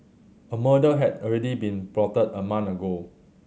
a murder had already been plotted a month ago